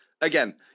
again